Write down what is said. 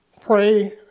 Pray